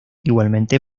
igualmente